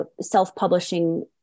self-publishing